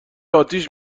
آتیش